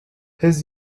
his